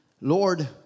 Lord